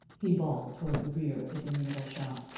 he bawled toward the rear of the dim little shop.